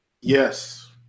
Yes